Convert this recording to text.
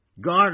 God